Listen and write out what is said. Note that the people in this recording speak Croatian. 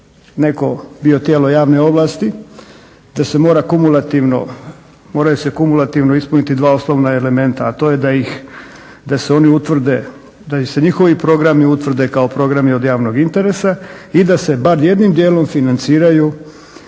netko bio tijelo javne ovlasti da se mora kumulativno, moraju se kumulativno ispuniti dva osnovna elementa, a to je da ih, da se oni utvrde da se i njihovi programi utvrde kao programi od javnog interesa i da se bar jednim dijelom financiraju